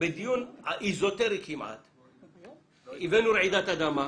אנחנו בדיון כמעט אזוטרי הבאנו רעידת אדמה,